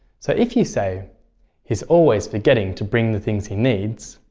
so, if you say he's always forgetting to bring the things he needs.